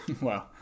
Wow